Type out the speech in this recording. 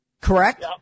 correct